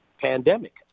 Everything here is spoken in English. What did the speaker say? pandemic